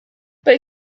but